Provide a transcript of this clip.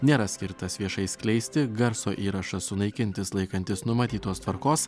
nėra skirtas viešai skleisti garso įrašas sunaikintis laikantis numatytos tvarkos